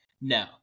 No